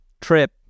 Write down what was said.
trip